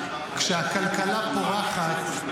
כשהכלכלה פורחת,